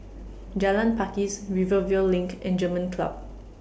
Jalan Pakis Rivervale LINK and German Club